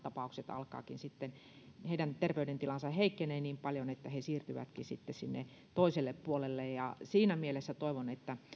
tapauksissa käy niin että heidän terveydentilansa heikkenee niin paljon että he siirtyvätkin sinne toiselle puolelle siinä mielessä toivon että